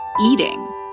eating